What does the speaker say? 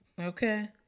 Okay